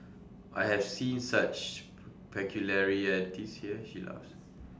I have seen such peculiarities here she laughs